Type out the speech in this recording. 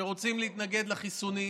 שרוצים להתנגד לחיסונים,